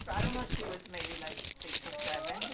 i don't know, she was maybe, like, six or seven.